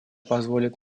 позволит